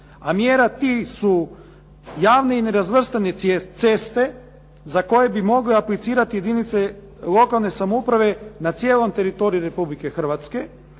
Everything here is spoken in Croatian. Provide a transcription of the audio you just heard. a mjera tri su javni i nerazvrstanici CESPA-e za koje bi mogle aplicirati jedinice lokalne samouprave na cijelom teritoriju Republike Hrvatske.